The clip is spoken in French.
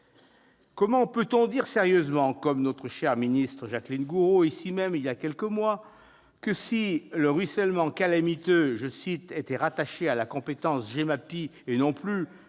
Comment peut-on dire sérieusement, comme notre chère ministre Jacqueline Gourault l'a fait, ici même, il y a quelques mois, que, si le ruissellement calamiteux « était rattaché à la compétence GEMAPI et non plus